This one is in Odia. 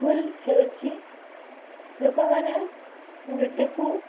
ଭୁଲ୍ ହେଉଛି ଲୋକମାନେ ନୃତ୍ୟକୁ